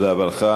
תודה רבה לך.